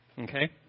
Okay